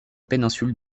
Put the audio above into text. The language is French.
péninsule